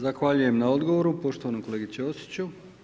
Zahvaljujem na odgovoru poštovanom kolegi Ćosiću.